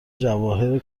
جواهر